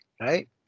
right